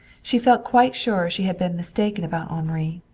she felt quite sure she had been mistaken about henri,